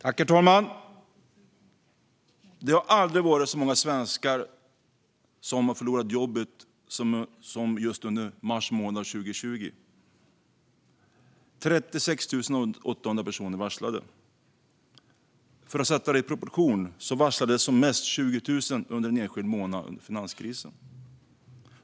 Herr talman! Aldrig har så många svenskar förlorat jobbet som under mars månad 2020 - 36 800 personer har varslats. För att sätta det i proportion varslades som mest 20 000 personer under en enskild månad under finanskrisen.